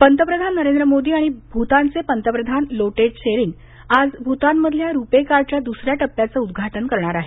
पंतप्रधान नरेंद्र मोदी आणि भूतानचे पंतप्रधान लोटे त्शेरिंग आज भूतानमधल्या रूपे कार्डच्या दुसऱ्या टप्प्याचं उद्घाटन करणार आहेत